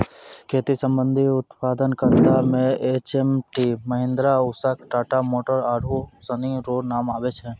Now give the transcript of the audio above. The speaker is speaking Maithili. खेती संबंधी उप्तादन करता मे एच.एम.टी, महीन्द्रा, उसा, टाटा मोटर आरु सनी रो नाम आबै छै